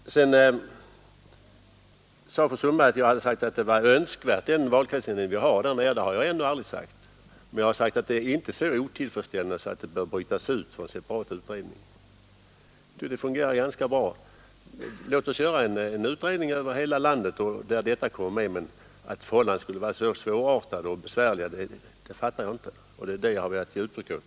Fru Sundberg sade att jag skulle ha gjort gällande att den valkretsin Nr 121 Onsdagen den ; sz 22 november 1972 behöver brytas ut för en separat utredning — jag tycker att det fungerar Nr ganska bra. Låt oss göra en utredning för hela landet där även denna fråga Valkretsindelningen kommer med. Att förhållandena skulle vara så svåra och besvärliga som till riksdagen delning vi har därnere skulle vara önskvärd. Det har jag ändå aldrig sagt. Vad jag sagt är att förhållandena inte är så otillfredsställande att frågan det här har gjorts gällande fattar jag inte, och det är det jag velat ge uttryck för.